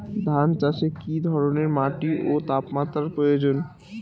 ধান চাষে কী ধরনের মাটি ও তাপমাত্রার প্রয়োজন?